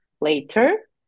later